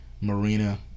Marina